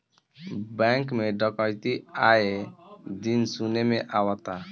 bank में डकैती आये दिन सुने में आवता